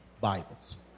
Bibles